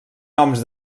noms